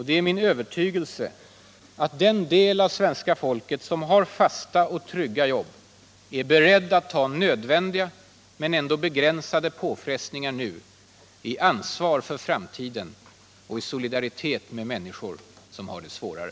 Det är min övertygelse att den del av svenska folket som har fasta och trygga jobb är beredd att ta nödvändiga men ändå begränsade påfrestningar nu i ansvar för framtiden och i solidaritet med människor som har det svårare.